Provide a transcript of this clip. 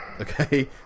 Okay